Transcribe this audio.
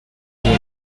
were